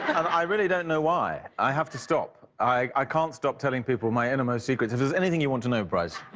and i really don't know why. i have to stop. i can't stop telling people my inner most secrets. if there's anything you want to know, bryce